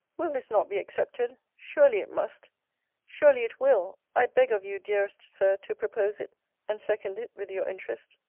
will this not be accepted surely it must surely it will i beg of you, dearest sir, to propose it and second it with your interest.